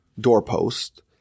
doorpost